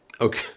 okay